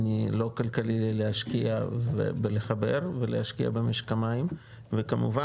אני לא כלכלי לי יהיה להשקיע בלחבר ולהשקיע במשק המים וכמובן,